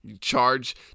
charge